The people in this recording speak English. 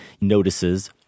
notices